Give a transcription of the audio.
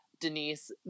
Denise